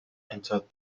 entered